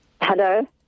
Hello